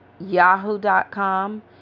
yahoo.com